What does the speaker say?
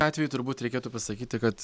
atveju turbūt reikėtų pasakyti kad